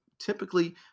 typically